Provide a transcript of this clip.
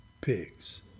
pigs